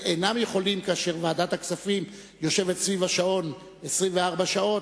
וכאשר ועדת הכספים יושבת סביב השעון 24 שעות,